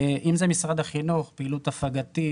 אם זה משרד החינוך, פעילות הפגתית,